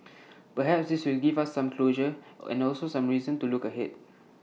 perhaps this will give us some closure and also reason to look ahead